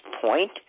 point